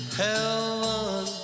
heaven